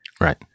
right